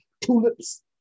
Tulips